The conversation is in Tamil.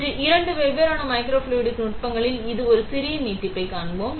இன்று இரண்டு வெவ்வேறு மைக்ரோஃப்ளூய்டிக் நுட்பங்களில் இதன் ஒரு சிறிய நீட்டிப்பைக் காண்போம்